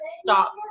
stop